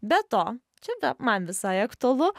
be to čia man visai aktualu